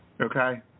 Okay